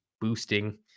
boosting